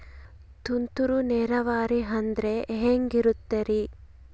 ತುಂತುರು ನೇರಾವರಿ ಅಂದ್ರೆ ಹೆಂಗೆ ಇರುತ್ತರಿ?